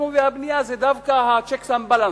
התכנון והבנייה זה דווקא ה-checks and balances,